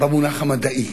במונח המדעי.